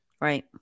right